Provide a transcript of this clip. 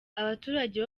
abaturage